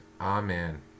Amen